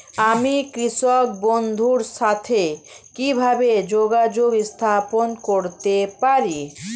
আমি কৃষক বন্ধুর সাথে কিভাবে যোগাযোগ স্থাপন করতে পারি?